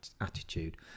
attitude